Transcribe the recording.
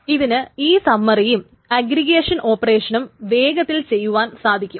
അപ്പോൾ ഇതിന് ഈ സമ്മറിയും അഗ്രിഗേഷൻ ഓപ്പറേഷനും വേഗത്തിൽ ചെയ്യുവാൻ സാധിക്കും